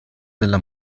della